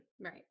Right